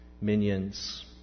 minions